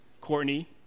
Courtney